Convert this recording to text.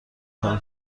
کار